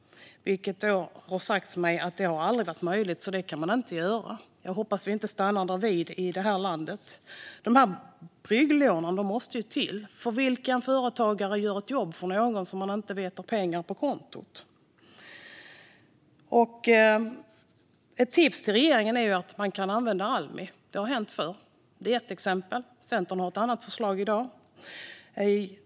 Det har sagts mig att detta aldrig har varit möjligt och att man inte kan göra det. Jag hoppas att vi inte stannar därvid i det här landet. Dessa brygglån måste ju till. Vilken företagare gör ett jobb för någon om den inte vet att beställaren har pengar på kontot? Ett tips till regeringen är att använda Almi; det har hänt förr. Centern har ett annat förslag i dag.